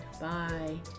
bye